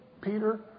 Peter